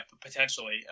potentially